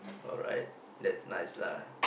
alright that's nice lah